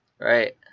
Right